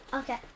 Okay